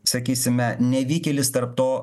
sakysime nevykėlis tarp to